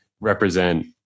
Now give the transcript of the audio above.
represent